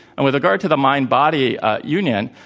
and with regard to the mind-body union,